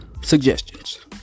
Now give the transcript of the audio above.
suggestions